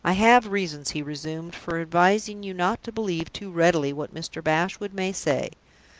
i have reasons, he resumed, for advising you not to believe too readily what mr. bashwood may say.